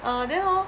ah then hor